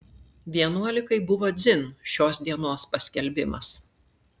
vienuolikai buvo dzin šios dienos paskelbimas